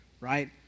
right